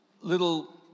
little